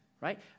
right